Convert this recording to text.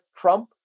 Trump